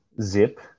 zip